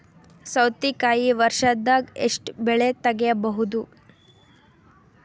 ಸೌತಿಕಾಯಿ ವರ್ಷದಾಗ್ ಎಷ್ಟ್ ಬೆಳೆ ತೆಗೆಯಬಹುದು?